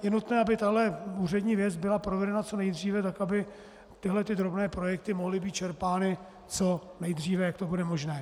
Je nutné, aby tahle úřední věc byla provedena co nejdříve tak, aby tyhle drobné projekty mohly být čerpány co nejdříve, jak to bude možné.